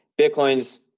Bitcoin's